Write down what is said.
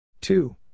Two